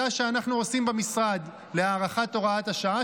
שאנחנו עושים במשרד להארכת הוראת השעה,